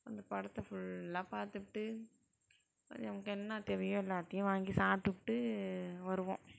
அந்தப் படத்தை ஃபுல்லாக பார்த்துப்புட்டு நமக்கு என்ன தேவையோ எல்லாத்தையும் வாங்கி சாப்பிட்டுப்புட்டு வருவோம்